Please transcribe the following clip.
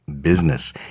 business